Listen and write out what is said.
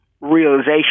realization